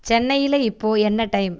சென்னையில் இப்போ என்ன டைம்